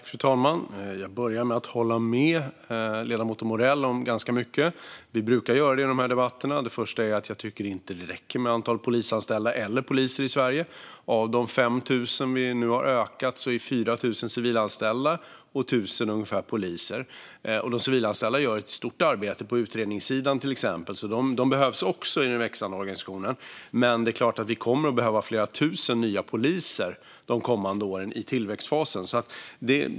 Fru talman! Jag börjar med att hålla med ledamoten Morell om ganska mycket. Jag brukar göra det i de här debatterna. Det första är att jag inte tycker att antalet polisanställda eller poliser räcker i Sverige. Av de 5 000 vi nu har ökat med är 4 000 civilanställda och ungefär 1 000 poliser. De civilanställda gör ett stort arbete på utredningssidan till exempel, så de behövs också i den växande organisationen. Men det är klart att vi kommer att behöva flera tusen nya poliser de kommande åren i tillväxtfasen.